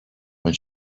when